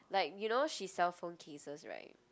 like you know she sell phone cases right